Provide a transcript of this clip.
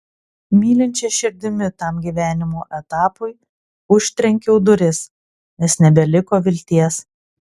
mylinčia širdimi tam gyvenimo etapui užtrenkiau duris nes nebeliko vilties